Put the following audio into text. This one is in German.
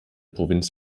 provinz